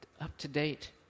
up-to-date